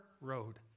road